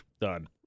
done